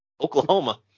Oklahoma